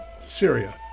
Syria